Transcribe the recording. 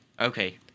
Okay